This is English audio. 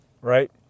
right